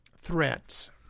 threats